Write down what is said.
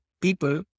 people